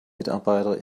mitarbeiter